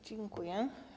Dziękuję.